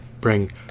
bring